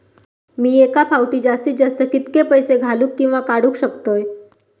मी एका फाउटी जास्तीत जास्त कितके पैसे घालूक किवा काडूक शकतय?